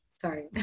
Sorry